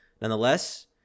Nonetheless